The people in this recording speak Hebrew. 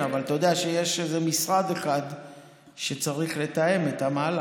אבל אתה יודע שיש איזה משרד אחד שצריך לתאם את המהלך,